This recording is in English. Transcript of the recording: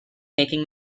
making